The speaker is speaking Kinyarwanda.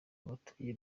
abatuye